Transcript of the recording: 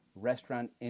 restaurant